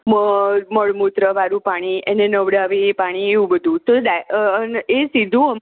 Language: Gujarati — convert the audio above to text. મર મૂત્રવાળું પાણી એને નવડાવી પાણી એવું બધુ તો એ સીધું